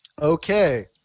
Okay